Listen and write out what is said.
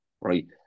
right